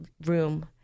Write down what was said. room